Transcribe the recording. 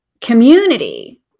community